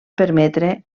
permetre